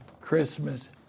Christmas